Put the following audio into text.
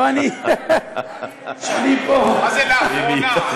לא, אני פה, מה זה "לאחרונה"?